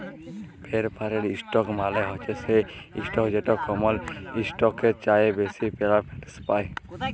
perforated ইসটক মালে হছে সেই ইসটক যেট কমল ইসটকের চাঁঁয়ে বেশি পেরফারেলস পায়